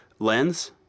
lens